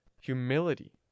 humility